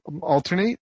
alternate